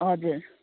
हजुर